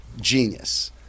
Genius